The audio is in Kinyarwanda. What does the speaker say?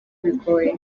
bigoye